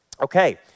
Okay